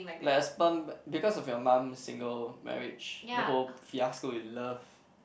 like a sperm because of your mum's single marriage the whole fiasco with love